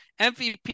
MVP